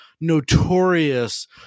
notorious